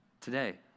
today